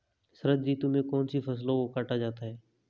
शरद ऋतु में कौन सी फसलों को काटा जाता है?